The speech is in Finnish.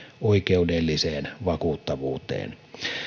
oikeudelliseen vakuuttavuuteen